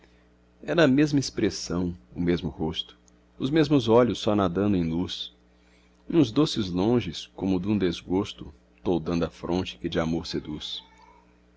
era a mesma expressão o mesmo rosto os mesmos olhos só nadando em luz e uns doces longes como dum desgosto toldando a fronte que de amor seduz